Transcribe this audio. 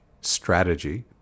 strategy